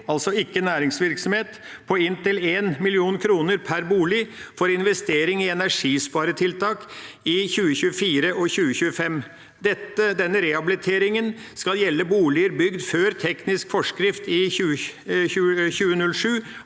altså ikke for næringsvirksomhet, på inntil 1 mill. kr per bolig for investering i energisparetiltak i 2024 og 2025. Denne rehabiliteringen skal gjelde boliger bygd før Teknisk forskrift 2007,